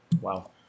Wow